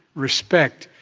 respect,